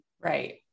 Right